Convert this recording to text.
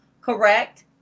correct